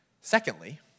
Secondly